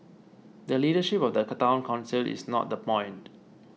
the leadership of the Town Council is not the point